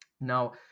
now